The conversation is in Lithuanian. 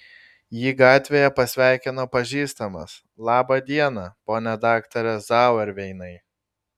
jį gatvėje pasveikino pažįstamas labą dieną pone daktare zauerveinai